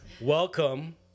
welcome